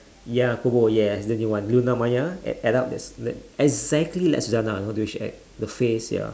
ya kubur yes the new one luna maya exactly like suzzanna you know the way she act the face ya